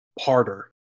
harder